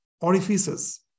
orifices